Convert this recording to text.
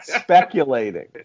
speculating